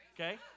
okay